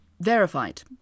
verified